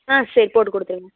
ஆ சரி போட்டு கொடுத்துருங்க